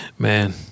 Man